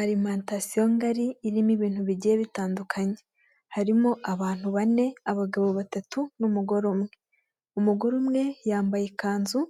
Alimantasiyo ngari irimo ibintu bigiye bitandukanye, harimo abantu bane, abagabo batatu n'umugore umwe, umugore umwe yambaye ikanzu